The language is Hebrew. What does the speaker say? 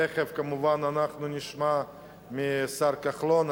תיכף כמובן אנחנו נשמע מהשר כחלון.